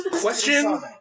question